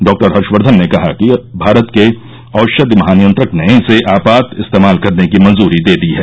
doctor Harshvardhan ने कहा कि भारत के औषधि महानियंत्रक ने इसे आपात इस्तेमाल करने की मंजूरी दे दी है